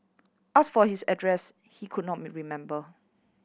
asked for his address he could not me remember